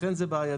לכן זה בעייתי.